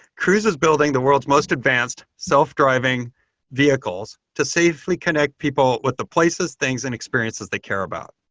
cruise is building the world's most advanced self-driving vehicles to safely connect people with the places, things and experiences they care about.